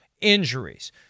Injuries